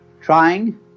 trying